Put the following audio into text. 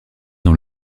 dans